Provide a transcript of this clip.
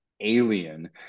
alien